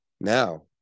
now